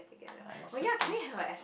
I suppose